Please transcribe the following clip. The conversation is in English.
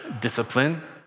discipline